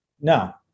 No